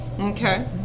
Okay